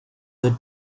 did